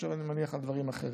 אני מניח שאתה חושב על דברים אחרים.